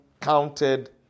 counted